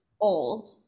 old